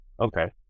Okay